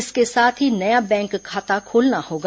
इसके साथ ही नया बैंक खाता खोलना होगा